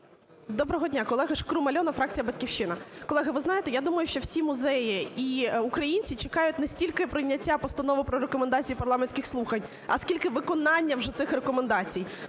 Доброго дня, колеги! Шкрум Альона, фракція "Батьківщина". Колеги, ви знаєте я думаю, що всі музеї і українці чекають не стільки прийняття Постанови про Рекомендації парламентських слухань, а скільки виконання вже цих рекомендацій.